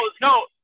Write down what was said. no